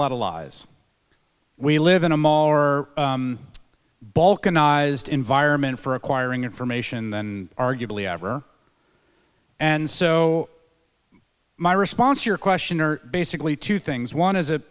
lot of lies we live in a mall or balkanized environment for acquiring information then arguably ever and so my response to your question are basically two things